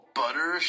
butter